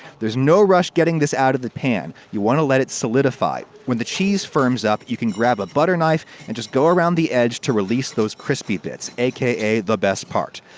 there's no rush getting this out of the pan. you want to let it solidify. when the cheese firms up, you can grab a butter knife and just go around the edge to release those crispy bits, aka the best part.